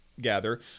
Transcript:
gather